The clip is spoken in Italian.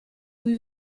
cui